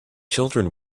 children